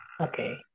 Okay